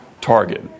target